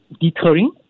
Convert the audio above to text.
deterring